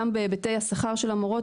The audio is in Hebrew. גם בהיבטי השכר של המורות,